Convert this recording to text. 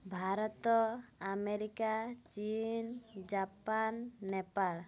Bharat America ଚୀନ Japan Nepal